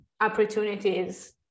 opportunities